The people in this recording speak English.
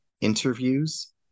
interviews